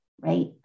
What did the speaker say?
Right